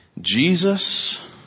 Jesus